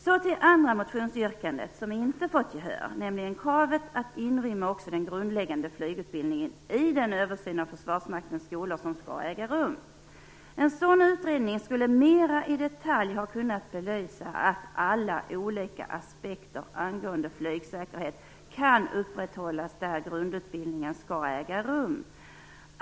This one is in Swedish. Så till det andra motionsyrkandet, som inte har fått gehör, nämligen kravet att inrymma också den grundläggande flygutbildningen i den översyn av Försvarsmaktens skolor som skall äga rum. En sådan utredning skulle mer i detalj ha kunnat belysa att alla olika aspekter angående flygsäkerhet kan upprätthållas där grundutbildningen skall äga rum.